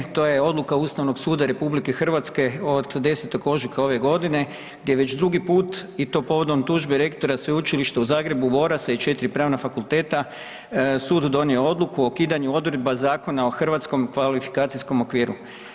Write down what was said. To je odluka Ustavnog suda RH od 10. ožujka ove godine gdje već 2. put i to povodom tužbe rektora Sveučilišta u Zagrebu, Borasa i 4 pravna fakulteta, sud donio odluku o ukidanju odredba Zakona o hrvatskom kvalifikacijskom okviru.